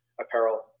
apparel